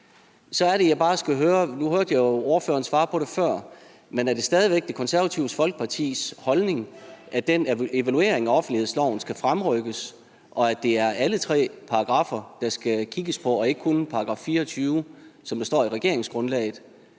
svare på det før, men er det stadig væk Det Konservative Folkepartis holdning, at den evaluering af offentlighedsloven skal fremrykkes, og at det er alle tre paragraffer, der skal kigges på, og ikke kun § 24, som der står i regeringsgrundlaget?